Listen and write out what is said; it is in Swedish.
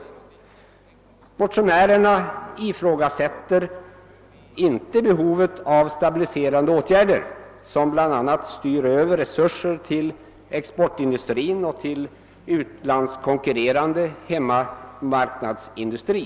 Motionärerna ifrågasätter inte behovet av stabiliserande åtgärder, som bl a. styr över resurser till exportindustrin och till den utlandskonkurrerande hemmamarknadsindustrin.